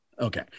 Okay